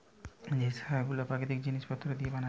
যে সার গুলো প্রাকৃতিক জিলিস পত্র দিয়ে বানাচ্ছে